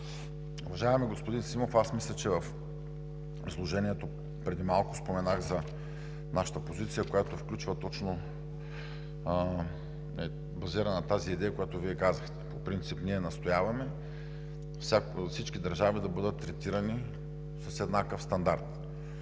Уважаеми господин Симов, аз мисля, че в изложението преди малко споменах за нашата позиция, която е базирана на тази идея, която Вие казахте. По принцип ние настояваме всички държави да бъдат третирани с еднакъв стандарт